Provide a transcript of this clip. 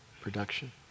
Production